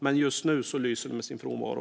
Men just nu lyser det med sin frånvaro.